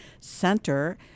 center